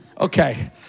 Okay